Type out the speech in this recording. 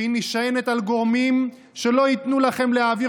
שהיא נשענת על גורמים שלא ייתנו לכם להעביר